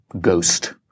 ghost